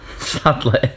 Sadly